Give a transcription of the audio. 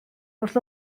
wrth